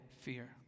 fear